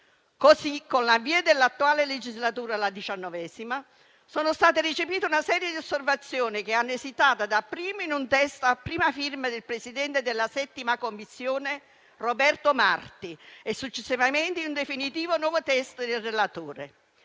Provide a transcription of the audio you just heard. Così, con l'avvio dell'attuale legislatura - la XIX - sono state recepite una serie di osservazioni che hanno esitato dapprima in un testo a prima firma del presidente della 7a Commissione Roberto Marti e, successivamente, in un definitivo nuovo testo del relatore.